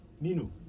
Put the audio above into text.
Mino